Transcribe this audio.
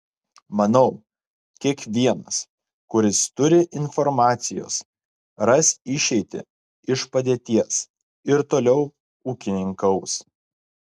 manau kiekvienas kuris turi informacijos ras išeitį iš padėties ir toliau ūkininkaus